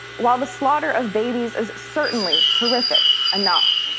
while the slaughter of babies is certainly horrific enough,